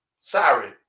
sorry